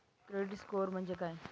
Credit score म्हणजे काय?